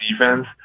defense